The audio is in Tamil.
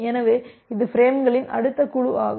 எனவே இது பிரேம்களின் அடுத்த குழு ஆகும்